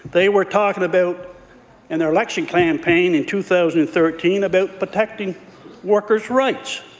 they were talking about in their election campaign in two thousand and thirteen about protecting workers' rights